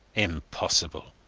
impossible.